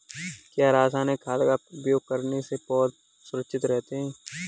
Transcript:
क्या रसायनिक खाद का उपयोग करने से पौधे सुरक्षित रहते हैं?